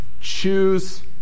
choose